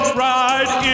ride